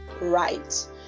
right